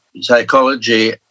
psychology